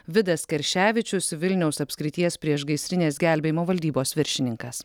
vidas kerševičius vilniaus apskrities priešgaisrinės gelbėjimo valdybos viršininkas